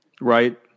right